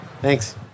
Thanks